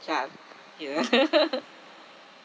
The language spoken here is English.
ya